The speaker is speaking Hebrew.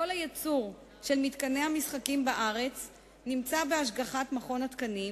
כל הייצור של מתקני המשחקים בארץ נמצא בהשגחת מכון התקנים